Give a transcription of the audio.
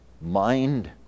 Mind